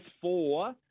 four